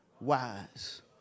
wise